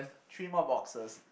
three more boxes